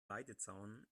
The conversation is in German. weidezaun